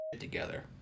together